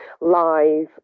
live